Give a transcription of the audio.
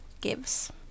gives